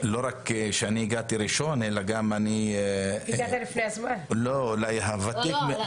רק שאני הגעתי ראשון, אלא גם אני אולי הותיק מבין